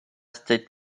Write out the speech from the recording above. state